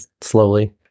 slowly